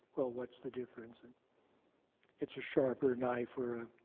well, what's the difference? and it's a sharper knife or a